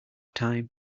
time